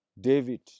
David